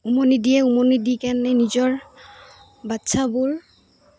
উমনি দিয়ে উমনি দি কেনে নিজৰ বাচ্ছাবোৰ